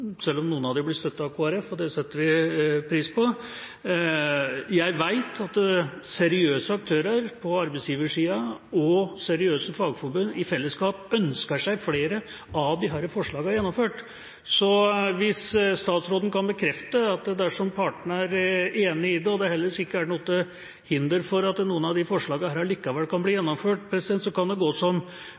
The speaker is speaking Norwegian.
selv om noen av dem blir støttet av Kristelig Folkeparti – det setter vi pris på. Jeg vet at seriøse aktører på arbeidsgiversiden og seriøse fagforbund i fellesskap ønsker flere av disse forslagene gjennomført. Hvis statsråden kan bekrefte at dersom partene er enig i det, og det ellers ikke er noe til hinder for at noen av forslagene likevel kan bli gjennomført, kan det gå